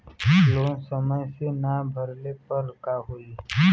Loan समय से ना भरले पर का होयी?